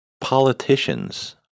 politicians